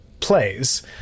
plays